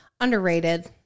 Underrated